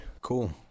cool